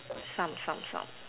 some some some